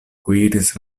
kuiris